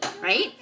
right